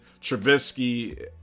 Trubisky